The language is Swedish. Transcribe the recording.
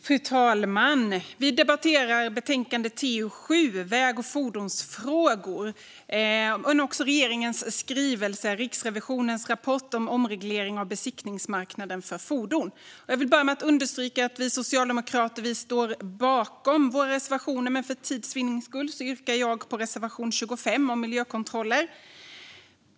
Fru talman! Vi debatterar betänkande TU7 om väg och fordonsfrågor men också regeringens skrivelse om Riksrevisionens rapport om omregleringen av besiktningsmarknaden för fordon. Jag vill börja med att understryka att vi socialdemokrater står bakom våra reservationer, men för tids vinning yrkar jag bifall till reservation 25 om miljökontroller.